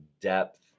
depth